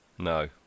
No